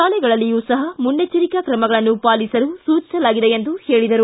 ಶಾಲೆಗಳಲ್ಲಿಯೂ ಸಹ ಮುನ್ನೆಚ್ಚರಿಕಾ ಕ್ರಮಗಳನ್ನು ಪಾಲಿಸಲು ಸೂಚಿಸಲಾಗಿದೆ ಎಂದರು